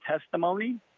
testimony